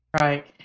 Right